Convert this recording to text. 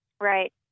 Right